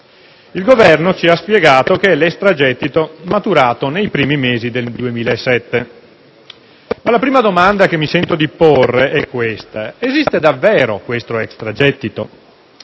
Il Governo ci ha spiegato che si tratterebbe dell'extragettito maturato nei primi mesi del 2007. Allora la prima domanda che mi sento di porre è la seguente: esiste davvero questo extragettito?